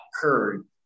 occurred